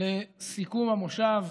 לסיכום המושב.